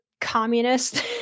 communist